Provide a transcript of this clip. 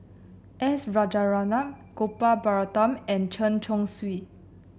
S Rajaratnam Gopal Baratham and Chen Chong Swee